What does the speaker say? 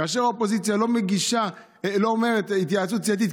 כאשר האופוזיציה לא אומרת "התייעצות סיעתית",